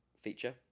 feature